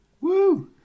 Woo